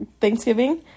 Thanksgiving